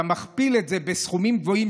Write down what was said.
אתה מכפיל את זה בסכומים גבוהים,